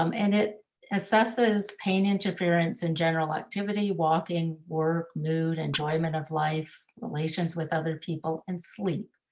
um and it assesses pain interference in general activity, walking work, mood, enjoyment of life, relations with other people and sleep.